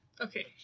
Okay